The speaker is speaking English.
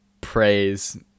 praise